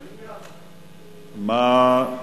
דיון במליאה.